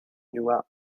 newell